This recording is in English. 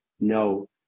no